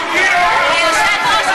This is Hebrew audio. התקנון, חבר הכנסת